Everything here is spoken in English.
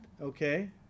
okay